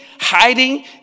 hiding